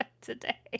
today